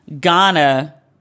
Ghana